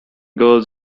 girls